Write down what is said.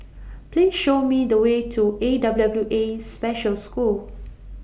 Please Show Me The Way to A W W A Special School